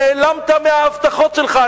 נעלמת מההבטחות שלך,